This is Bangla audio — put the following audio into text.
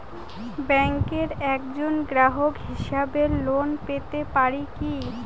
ব্যাংকের একজন গ্রাহক হিসাবে লোন পেতে পারি কি?